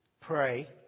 pray